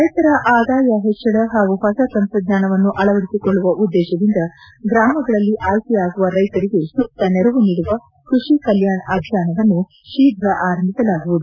ರೈತರ ಆದಾಯ ಹೆಚ್ಚಳ ಹಾಗೂ ಹೊಸ ತಂತ್ರಜ್ಞಾನವನ್ನು ಅಳವಡಿಸಿಕೊಳ್ಳುವ ಉದ್ದೇಶದಿಂದ ಗ್ರಾಮಗಳಲ್ಲಿ ಆಯ್ಲೆಯಾಗುವ ರೈತರಿಗೆ ಸೂಕ್ತ ನೆರವು ನೀಡುವ ಕೃಷಿ ಕಲ್ಲಾಣ್ ಅಭಿಯಾನವನ್ನು ಶೀಘ್ರ ಆರಂಭಿಸಲಾಗುವುದು